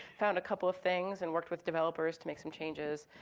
found a couple of things and worked with developers to make some changes.